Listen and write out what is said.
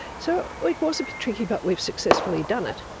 so it was a bit tricky but we've successfully done it,